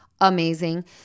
Amazing